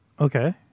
Okay